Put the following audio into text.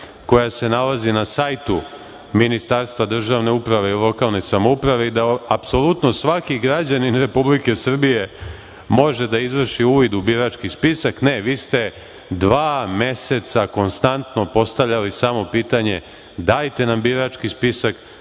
koja se nalazi na sajtu Ministarstva državne uprave i lokalne samouprave i da apsolutno svaki građanin Republike Srbije može da izvrši uvid u birački spisak. Ne, vi ste dva meseca konstantno postavljali samo pitanje – dajte nam birački spisak,